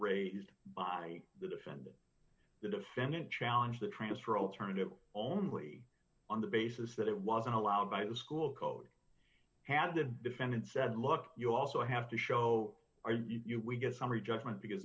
raised by the defendant the defendant challenge the transfer alternative only on the basis that it wasn't allowed by the school code had the defendant said look you also have to show you we get a summary judgment because